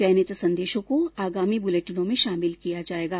चयनित संदेशों को आगामी बुलेटिनों में शामिल किया जाएगा